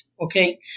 okay